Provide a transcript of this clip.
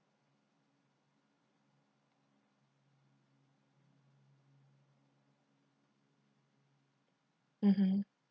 mmhmm